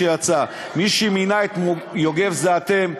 שיצא: מי שמינה את יוגב זה אתם.